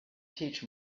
teach